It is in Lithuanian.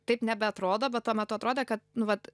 taip nebeatrodo bet tuo metu atrodė kad nu vat